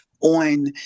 on